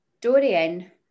Dorian